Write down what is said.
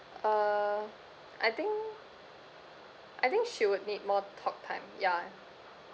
uh I think I think she would need more talk time ya